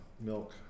milk